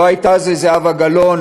לא הייתה זאת זהבה גלאון,